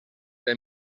del